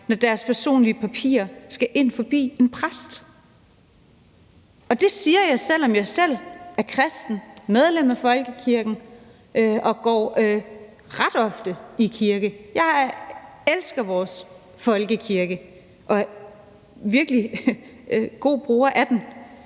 når deres personlige papirer skal ind forbi en præst. Det siger jeg, selv om jeg selv er kristen og medlem af folkekirken og ret ofte går i kirke. Jeg elsker vores folkekirke og er virkelig en god bruger af den.